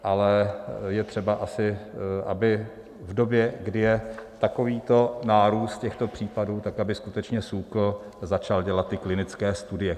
Ale je třeba asi, aby v době, kdy je takovýto nárůst těchto případů, tak aby skutečně SÚKL začal dělat ty klinické studie.